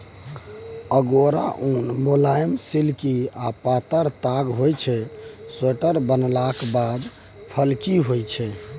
अगोरा उन मुलायम, सिल्की आ पातर ताग होइ छै स्वेटर बनलाक बाद फ्लफी होइ छै